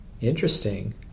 Interesting